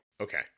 Okay